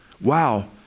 Wow